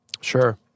Sure